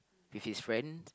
with his friend